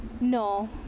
No